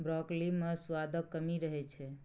broccoli मे सुआदक कमी रहै छै